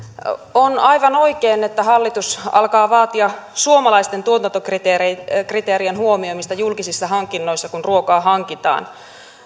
on aivan oikein että hallitus alkaa vaatia suomalaisten tuotantokriteerien huomioimista julkisissa hankinnoissa kun ruokaa hankitaan